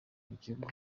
gihugu